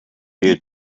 you